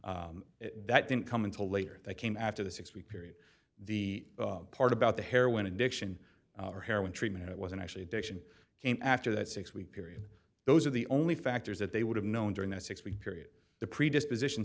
that didn't come until later that came after the six week period the part about the heroin addiction or heroin treatment it wasn't actually addiction came after that six week period those are the only factors that they would have known during the six week period the predisposition